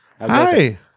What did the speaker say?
Hi